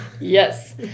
Yes